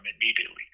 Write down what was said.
immediately